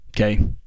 okay